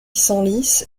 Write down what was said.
senlis